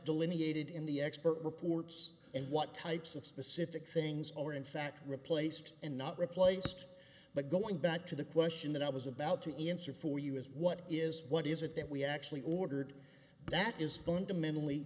delineated in the expert reports and what types of specific things are in fact replaced and not replaced but going back to the question that i was about to e m c for you is what is what is it that we actually ordered that is fundamentally